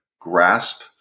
grasp